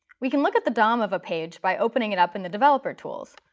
we can look at the dom of a page by opening it up in the developer tools,